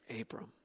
Abram